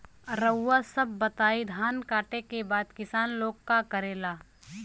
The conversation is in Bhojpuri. रउआ सभ बताई धान कांटेके बाद किसान लोग का करेला?